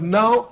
now